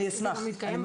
אשמח.